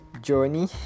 journey